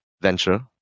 venture